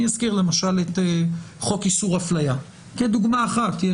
אזכיר למשל את חוק איסור אפליה כדוגמה אחת.